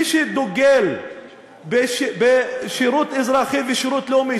מי שדוגל בשירות אזרחי ושירות לאומי,